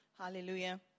Hallelujah